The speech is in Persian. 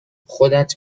خودت